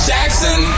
Jackson